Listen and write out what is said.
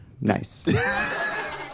Nice